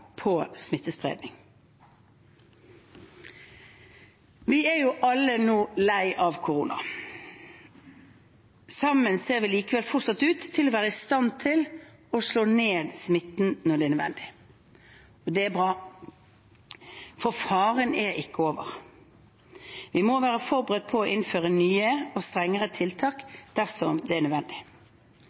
på smittespredningen. Vi er alle nå lei av korona. Sammen ser vi likevel fortsatt ut til å være i stand til å slå ned smitten når det er nødvendig. Det er bra. For faren er ikke over. Vi må være forberedt på å innføre nye og strengere tiltak dersom det blir nødvendig.